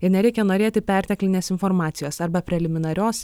ir nereikia norėti perteklinės informacijos arba preliminarios